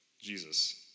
Jesus